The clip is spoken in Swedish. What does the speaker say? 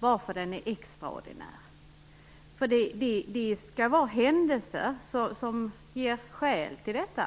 och av varför lagen är extraordinär. Det skall vara händelser som ger skäl till detta.